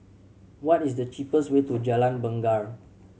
what is the cheapest way to Jalan Bungar